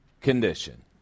Condition